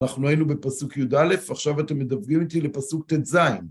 אנחנו היינו בפסוק יא', עכשיו אתם מדווגים אותי לפסוק טז'.